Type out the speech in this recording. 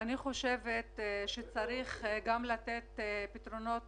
אני חושבת שצריך לתת פתרונות